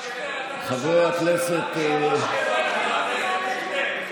חבר הכנסת דיכטר, מדברים על אשקלון.